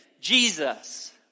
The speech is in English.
Jesus